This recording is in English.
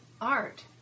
art